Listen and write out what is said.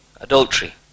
adultery